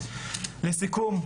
לסיכום,